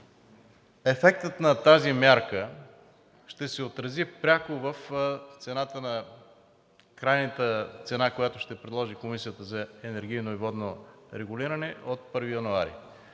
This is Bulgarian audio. Ефектът на тази мярка ще се отрази пряко в крайната цена, която ще предложи Комисията за енергийно и водно регулиране от 1 януари.